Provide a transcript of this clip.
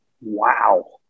Wow